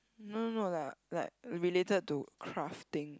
no no no like like related to craft thing